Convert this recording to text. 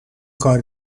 کار